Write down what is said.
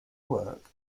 work